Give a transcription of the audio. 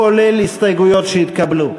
כולל ההסתייגויות שהתקבלו.